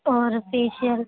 اور فیشیل